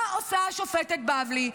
מה עושה השופטת בבלי?